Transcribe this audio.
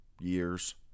years